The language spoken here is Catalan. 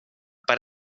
per